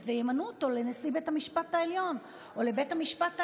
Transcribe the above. וימנו אותו לנשיא בית המשפט העליון או לבית המשפט העליון,